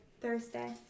Thursday